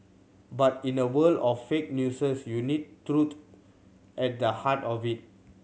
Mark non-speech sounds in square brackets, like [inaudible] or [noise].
but in a world of fake [unintelligible] you need truth at the heart of it